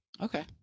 Okay